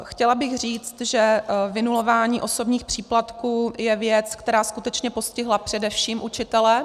Chtěla bych říct, že vynulování osobních příplatků je věc, která skutečně postihla především učitele.